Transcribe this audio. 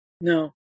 No